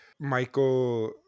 Michael